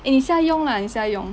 eh 你现在用 lah 你现在用